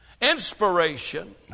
Inspiration